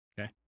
Okay